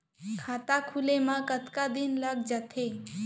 खाता खुले में कतका दिन लग जथे?